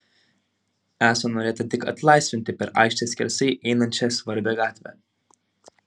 esą norėta tik atlaisvinti per aikštę skersai einančią svarbią gatvę